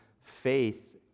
Faith